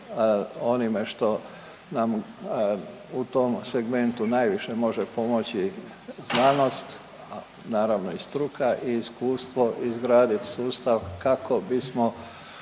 onime što nam u tom segmentu najviše može pomoći znanost naravno i struka i iskustvo izgraditi sustav kako bismo